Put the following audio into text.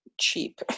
Cheap